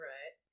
Right